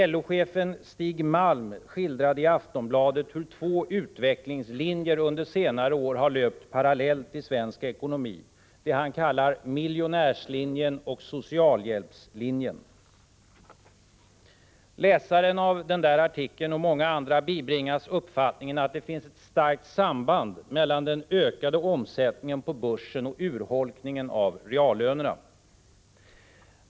LO-chefen Stig Malm skildrade i Aftonbladet hur två utvecklingslinjer under senare år har löpt parallellt under senare år, ”miljonärslinjen” och ”socialhjälpslinjen”. Läsarna av den artikeln och många andra bibringas uppfattningen att det finns ett starkt samband mellan den ökade omsättningen på börsen och urholkningen av reallönerna.